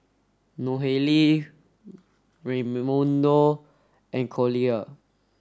Nohely Raymundo and Collier